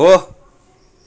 हो